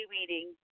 meeting